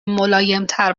ملایمتر